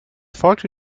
folgte